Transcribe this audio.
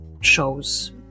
shows